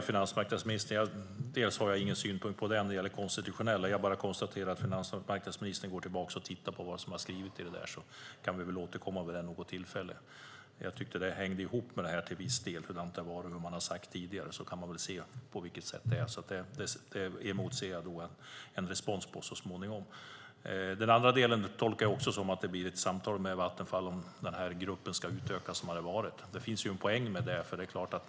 Fru talman! Jag har ingen synpunkt när det gäller det konstitutionella. Jag konstaterar att om finansmarknadsministern går tillbaka och tittar på vad som är skrivet kan vi väl återkomma vid något tillfälle. Jag tyckte att det hängde ihop med det här till viss del när det gäller hur det har varit. Man kan väl se på vilket sätt det är. Det emotser jag en respons på så småningom. När det gäller den andra delen tolkar jag det också som att det blir ett samtal med Vattenfall om gruppen ska utökas. Det finns en poäng med det.